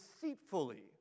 deceitfully